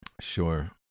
Sure